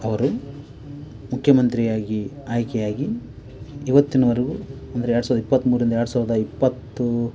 ಅವರು ಮುಖ್ಯಮಂತ್ರಿಯಾಗಿ ಆಯ್ಕೆಯಾಗಿ ಇವತ್ತಿನವರೆಗೂ ಅಂದರೆ ಎರಡು ಸಾವಿರದ ಇಪ್ಪತ್ತ್ಮೂರರಿಂದ ಎರಡು ಸಾವಿರದ ಇಪ್ಪತ್ತು